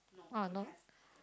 uh no